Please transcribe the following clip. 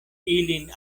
ilin